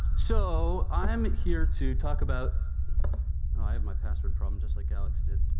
so, i am here to talk about i have my password problem, just like alex did.